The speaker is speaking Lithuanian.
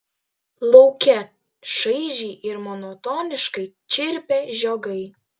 lauke šaižiai ir monotoniškai čirpė žiogai